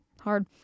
hard